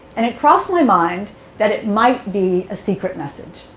and it crossed my mind that it might be a secret message.